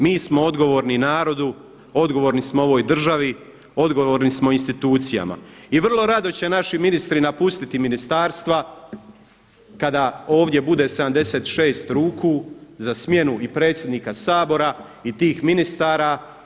Mi smo odgovorni narodu, odgovorni smo ovoj državi, odgovorni smo institucijama i vrlo rado će naši ministri napustiti ministarstva kada ovdje bude 76 ruku za smjenu i predsjednika Sabora i tih ministara.